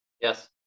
Yes